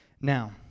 Now